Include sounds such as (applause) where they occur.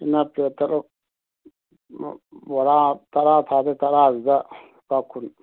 (unintelligible) ꯕꯣꯔꯥ ꯇꯔꯥ ꯐꯥꯗꯦ ꯇꯔꯥꯗꯨꯗ ꯂꯨꯄꯥ ꯀꯨꯟ